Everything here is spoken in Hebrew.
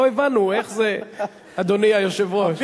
לא הבנו איך זה, אדוני היושב-ראש.